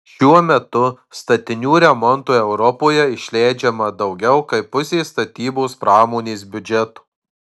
šiuo metu statinių remontui europoje išleidžiama daugiau kaip pusė statybos pramonės biudžeto